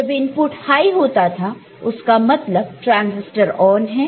जब input high होता था उसका मतलब ट्रांजिस्टर ऑन है